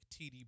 TD